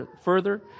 further